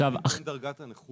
יש הבדל בין דרגת הנכות,